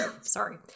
sorry